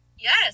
Yes